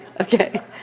Okay